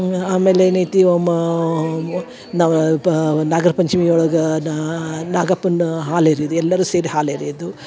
ಆಮೇಲೆ ಏನೈತಿ ಒಮ್ಮಾ ನವ ಪ ನಾಗರ ಪಂಚಮಿ ಒಳಗೆ ನಾಗಪ್ಪನ್ನ ಹಾಲು ಎರಿಯುದು ಎಲ್ಲರು ಸೇರಿ ಹಾಲು ಎರಿಯುದು